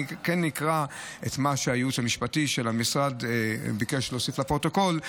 אני כן אקרא את מה שהייעוץ המשפטי של המשרד ביקש להוסיף לפרוטוקול.